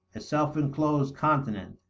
a self-inclosed continent,